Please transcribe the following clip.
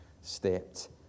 stepped